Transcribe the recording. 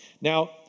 Now